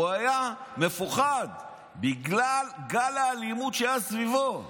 הוא היה מפוחד בגלל גל האלימות שהיה סביבו.